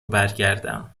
برگردم